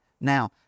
now